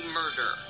murder